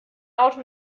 auto